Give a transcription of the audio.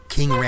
King